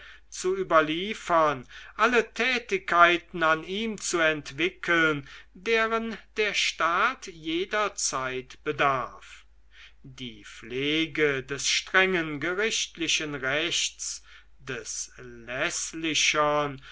zu überliefern alle fähigkeiten an ihm zu entwickeln deren der staat jederzeit bedarf die pflege des strengen gerichtlichen rechts des